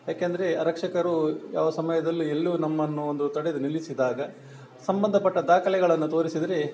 ಏಕೆಂದರೆ ಆರಕ್ಷಕರು ಯಾವ ಸಮಯದಲ್ಲಿ ಎಲ್ಲು ನಮ್ಮನ್ನು ಒಂದು ತಡೆದು ನಿಲ್ಲಿಸಿದಾಗ ಸಂಬಂಧಪಟ್ಟ ದಾಖಲೆಗಳನ್ನು ತೋರಿಸಿದರೆ